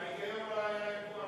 וההיגיון לא היה ידוע קודם?